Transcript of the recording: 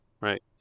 right